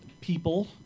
people